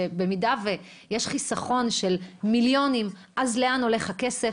שבמידה ויש חיסכון של מיליונים - לאן הולך הכסף?